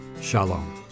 Shalom